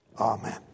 amen